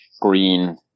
green